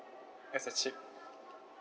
as a chick